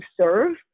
serve